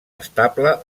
estable